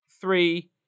three